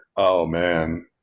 oh, man!